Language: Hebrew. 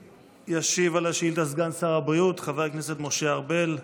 ישיב על השאילתה סגן שר הבריאות חבר הכנסת משה ארבל.